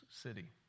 city